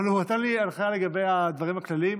הוא נתן לי הנחיה לגבי הדברים הכלליים,